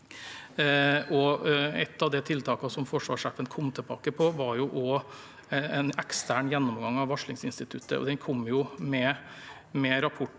Et av tiltakene som forsvarssjefen kom tilbake med, var en ekstern gjennomgang av varslingsinstituttet, og den kom med rapporten